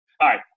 Hi